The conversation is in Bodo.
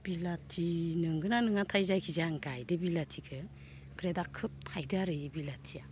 बिलाथि नोंगोना नोङाथाय जायखिजाया आं गायदो बिलाथिखो ओमफ्राय दा खोब थाइदो आरो बिलाथिया